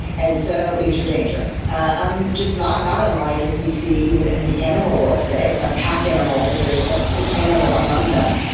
and so because you're dangerous. and not not unlike if we see even in the animal world today, some pack animals that there's a sick animal among them,